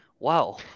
wow